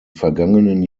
vergangenen